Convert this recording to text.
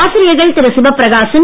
ஆசிரியர்கள் திரு சிவப்பிரகாசன்